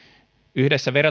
yhdessä